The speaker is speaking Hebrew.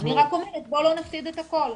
אני רק אומרת: בוא לא נפסיד את הכול.